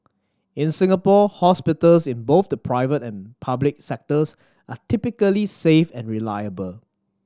in Singapore hospitals in both the private and public sectors are typically safe and reliable